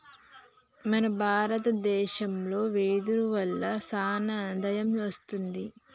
మన భారత దేశంలో వెదురు వల్ల సానా ఆదాయం వస్తుంది